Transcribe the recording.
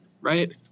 right